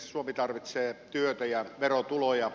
suomi tarvitsee työtä ja verotuloja